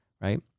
Right